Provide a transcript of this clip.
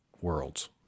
worlds